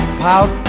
pout